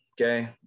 okay